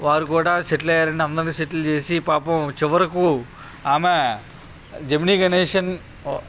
వారు కూడా సెటిల్ అయ్యారండి అందరిని సెటిల్ చేసి పాపం చివరకు ఆమె జెమినీ గణేషన్